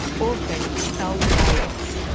often without guidance.